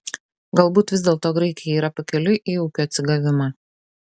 galbūt vis dėlto graikija yra pakeliui į ūkio atsigavimą